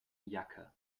jacke